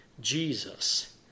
Jesus